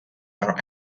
are